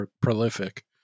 prolific